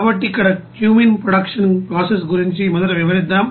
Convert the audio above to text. కాబట్టి ఇక్కడ cumene production process గురించి మొదట వివరిద్దాం